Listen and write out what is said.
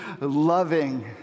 loving